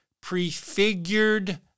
prefigured